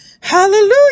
hallelujah